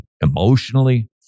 emotionally